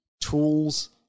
tools